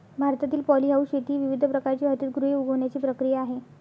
भारतातील पॉलीहाऊस शेती ही विविध प्रकारची हरितगृहे उगवण्याची प्रक्रिया आहे